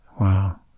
Wow